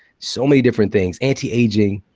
so many different things, anti-aging.